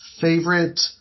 favorite